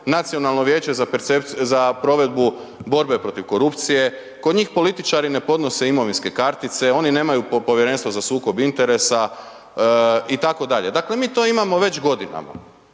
nacionalno vijeće za provedbu borbe protiv korupcije, kod njih političari ne podnose imovinske kartice, oni nemaju povjerenstvo za sukob interesa itd., dakle mi to imamo već godinama.